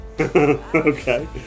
okay